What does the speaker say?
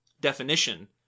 definition